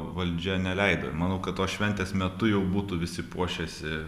valdžia neleido manau kad tos šventės metu jau būtų visi puošęsi